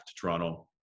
Toronto